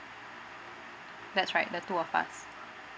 that's right the two of us